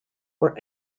were